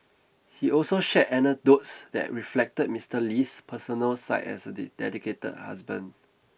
he also shared anecdotes that reflected Mister Lee's personal side as a dedicated husband